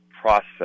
process